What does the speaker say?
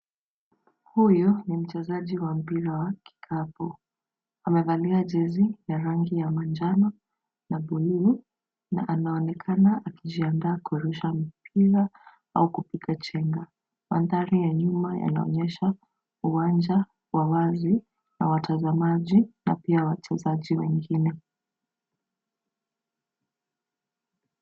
Huyu ni mchezaji wa mpira wa kikapu. Amevalia jezi ya rangi ya manjano na buluu na anaonekana akijiandaa kurusha mpira au kupiga chenga. Mandhari ya nyuma yanaonyesha uwanja wa wazi na watazamaji na pia wachezaji wengine.